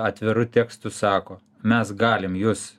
atviru tekstu sako mes galim jus